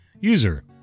User